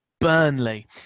Burnley